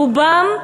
רובם,